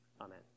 Amen